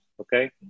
Okay